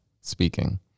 speaking